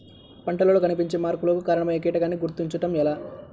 పంటలలో కనిపించే మార్పులకు కారణమయ్యే కీటకాన్ని గుర్తుంచటం ఎలా?